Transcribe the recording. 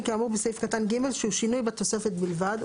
כאמור בסעיף קטן (ג) שהוא שינוי בתוספת בלבד,